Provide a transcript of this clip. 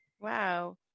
Wow